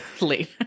late